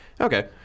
Okay